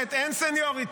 במסורת אין סניוריטי.